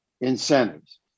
incentives